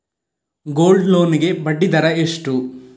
Gold loan ಗೆ ಬಡ್ಡಿ ದರ ಎಷ್ಟು?